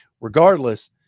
regardless